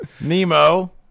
Nemo